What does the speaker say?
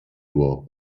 nur